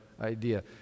idea